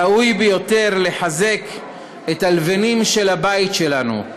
ראוי ביותר לחזק את הלבנים של הבית שלנו,